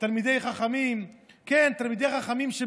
תלמידי חכמים,